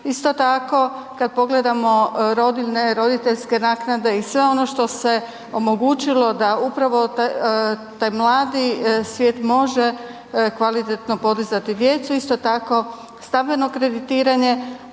Isto tako, kad pogledamo rodiljne, roditeljske naknade i sve ono što se omogućilo da upravo taj mladi svijet može kvalitetno podizati djecu. Isto tako stambeno kreditiranje,